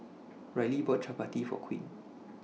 Rylie bought Chapati For Queen